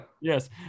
Yes